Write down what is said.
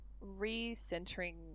re-centering